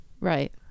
Right